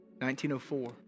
1904